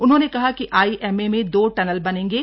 उन्होंने कहा कि आईएमए में दो टनल बनेंगे